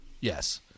Yes